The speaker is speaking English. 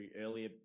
earlier